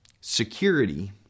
Security